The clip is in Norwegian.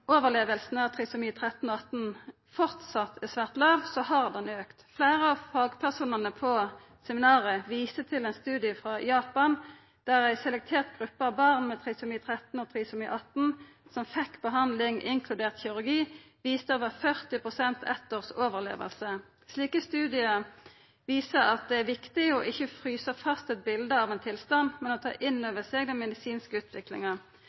trisomi 18-barn fortsatt er svært låg, har ho auka. Fleire av fagpersonane på seminaret viste til ein studie frå Japan, der ei selektert gruppe av barn med trisomi 13 og barn med trisomi 18 som fekk behandling, inkludert kirurgi, viste over 40 pst. eitt års-overleving. Slike studiar viser at det er viktig ikkje å frysa fast eit bilete av ein tilstand, men ta inn